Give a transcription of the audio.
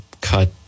cut